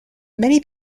many